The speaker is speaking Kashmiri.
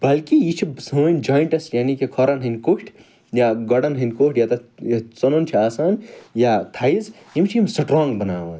بلکہِ یہِ چھِ سٲنۍ جۄایِنٹٕس یعنی کہِ کھۄرَن ہنٛدۍ کوٚٹھۍ یا گۄڑَن ہنٛدۍ کوٚٹھۍ یتھیٚتھ ژٕنُن چھُ آسان یا تھایِز یِم چھِ یِم سٹرانٛگ بناوان